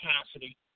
capacity